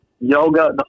Yoga